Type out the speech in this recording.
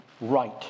right